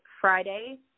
Friday